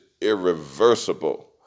irreversible